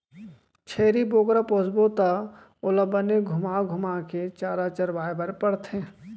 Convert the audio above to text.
छेरी बोकरा पोसबे त ओला बने घुमा घुमा के चारा चरवाए बर परथे